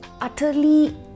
Utterly